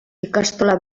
ikastola